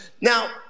now